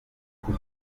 vous